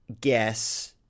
guess